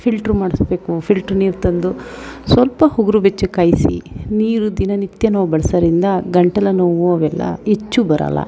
filter ಮಾಡಿಸ್ಬೇಕು filter ನೀರು ತಂದು ಸ್ವಲ್ಪ ಉಗುರು ಬೆಚ್ಚಗೆ ಕಾಯಿಸಿ ನೀರು ದಿನನಿತ್ಯ ನಾವು ಬಳಸೋದರಿಂದ ಗಂಟಲು ನೋವು ಅವೆಲ್ಲ ಹೆಚ್ಚು ಬರೋಲ್ಲ